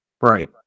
Right